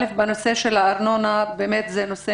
ראשית, בנושא הארנונה באמת זה נושא